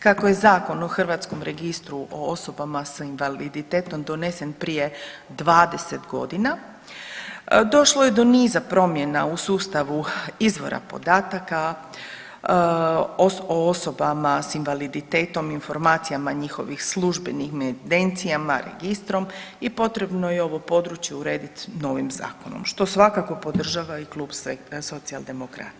Kako je Zakon o hrvatskom registru o sobama sa invaliditetom donesen prije 20 godina došlo je do niza promjena u sustavu izvora podataka o osobama sa invaliditetom, informacijama njihovih službenih evidencijama, registrom i potrebno je ovo područje urediti novim zakonom što svakako podržava i klub Socijaldemokrata.